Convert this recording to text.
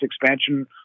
expansion